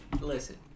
Listen